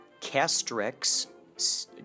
Castrex